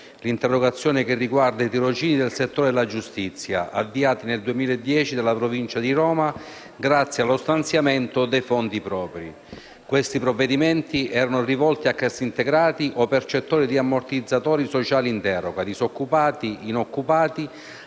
L'interrogazione riguarda i tirocini nel settore della giustizia, avviati nel 2010 dalla Provincia di Roma, grazie allo stanziamento di fondi propri. Questi provvedimenti erano rivolti a cassintegrati o percettori di ammortizzatori sociali in deroga, disoccupati e inoccupati,